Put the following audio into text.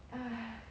!hais!